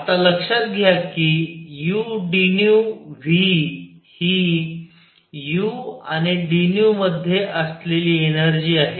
आता लक्षात घ्या की udνV ही u आणि d मध्ये असलेली एनर्जी आहे